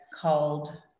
called